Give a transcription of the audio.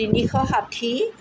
তিনিশ ষাঠি